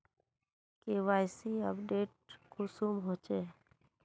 KYC update कुंसम होचे?